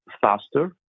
faster